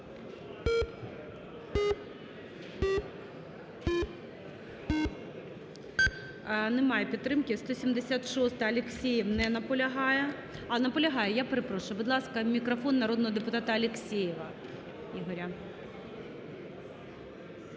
Немає підтримки. 176-а, Алексєєв. Не наполягає. А, наполягає. Я перепрошую. Будь ласка, мікрофон народного депутата Алексєєва.